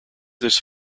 this